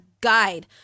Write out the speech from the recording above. guide